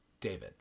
David